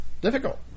Difficult